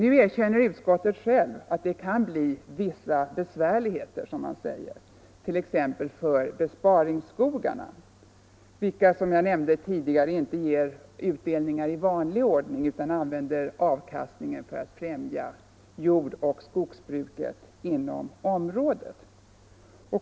Utskottet erkänner självt att det kan bli ”vissa besvärligheter”, som man säger, t.ex. för besparingsskogarna, vilka som jag tidigare nämnde inte ger utdelning i vanlig ordning utan använder avkastningen för att främja jordoch skogsbruket inom området.